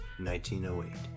1908